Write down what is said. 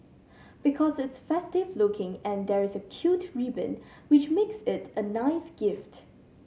because it's festive looking and there's a cute ribbon which makes it a nice gift